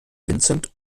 vincent